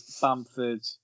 Bamford